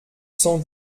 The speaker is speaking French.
cent